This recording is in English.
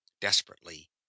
Desperately